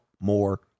more